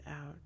out